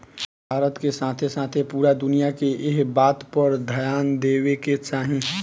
भारत के साथे साथे पूरा दुनिया के एह बात पर ध्यान देवे के चाही